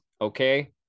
okay